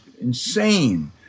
insane